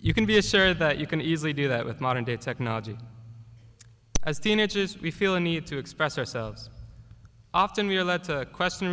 you can be assured that you can easily do that with modern day technology as teenagers we feel a need to express ourselves often we are led to question